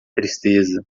tristeza